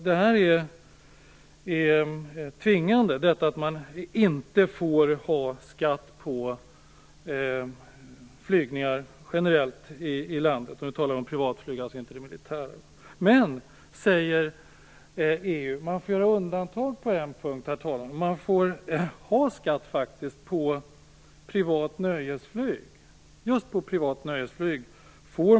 Detta är tvingande: Man får inte ha skatt på flygningar generellt i landet - och nu talar vi om privatflyg, inte det militära. Men enligt EU får man göra undantag på en punkt. Man får ha en nationell skatt på privat nöjesflyg.